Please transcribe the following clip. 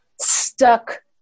stuck